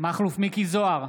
מכלוף מיקי זוהר,